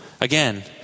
Again